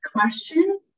question